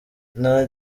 nta